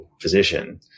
physician